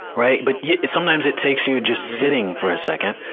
right? but yeah it, sometimes it takes you just sitting for a second.